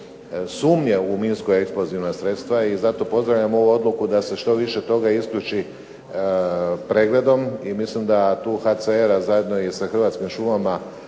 sumnje u minsko eksplozivna sredstva i zato pozdravljam ovu odluku da se što više toga isključi pregledom i mislim da tu HCR a zajedno i sa Hrvatskim šumama